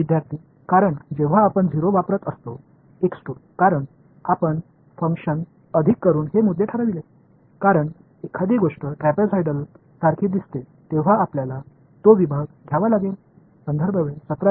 विद्यार्थी कारण जेव्हा आपण 0 वापरत असतो कारण आपण फंक्शन अधिक करून हे मुद्दे ठरवले कारण एखादी गोष्ट ट्रॅपीझोइडल सारखी दिसते तेव्हा आपल्याला तो विभाग घ्यावा लागेल संदर्भ वेळ 1749